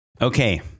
Okay